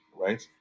right